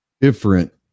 different